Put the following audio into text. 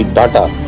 baton